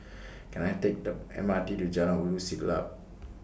Can I Take The M R T to Jalan Ulu Siglap